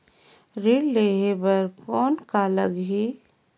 ऋण लेहे बर कौन का लगही?